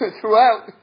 throughout